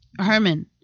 Herman